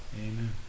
Amen